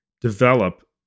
develop